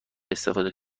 استفاده